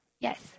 yes